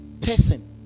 person